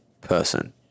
person